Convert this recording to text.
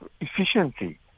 efficiency